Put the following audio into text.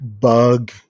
bug